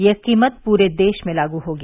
ये कीमत पूरे देश में लागू होगी